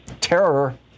terror